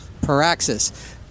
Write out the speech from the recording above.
Paraxis